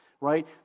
right